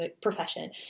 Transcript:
profession